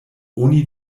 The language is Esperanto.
oni